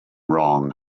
wrong